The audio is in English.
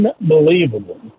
unbelievable